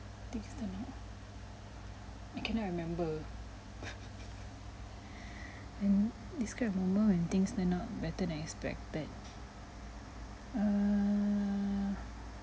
things turn out I cannot remember and describe a moment when things turn out better than expected err